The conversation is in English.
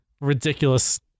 ridiculous